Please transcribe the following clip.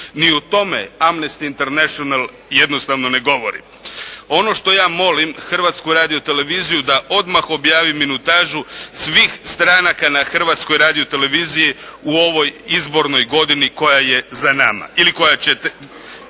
Ni o tome Amnesty International jednostavno ne govori. Ono što ja molim Hrvatsku radioteleviziju da odmah objavi minutažu svih stranaka na Hrvatskoj radioteleviziji u ovoj izbornoj godini koja je za nama